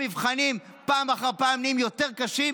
המבחנים פעם אחר פעם נהיים יותר קשים,